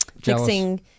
fixing